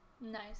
Nice